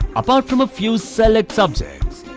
apart from a few selected subjects,